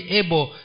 able